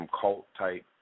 cult-type